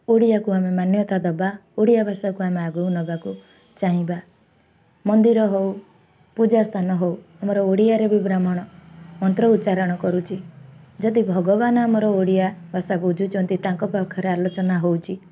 ଓଡ଼ିଆକୁ ଆମେ ମାନ୍ୟତା ଦେବା ଓଡ଼ିଆ ଭାଷାକୁ ଆମେ ଆଗକୁ ନେବାକୁ ଚାହିଁବା ମନ୍ଦିର ହଉ ପୂଜା ସ୍ଥାନ ହଉ ଆମର ଓଡ଼ିଆରେ ବି ବ୍ରାହ୍ମଣ ମନ୍ତ୍ର ଉଚ୍ଚାରଣ କରୁଛି ଯଦି ଭଗବାନ ଆମର ଓଡ଼ିଆ ଭାଷା ବୁଝୁଛନ୍ତି ତାଙ୍କ ପାଖରେ ଆଲୋଚନା ହେଉଛି